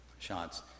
shots